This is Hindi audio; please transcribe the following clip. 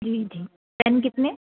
ठीक है पैन कितने